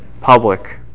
Public